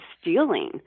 stealing